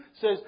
Says